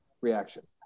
reaction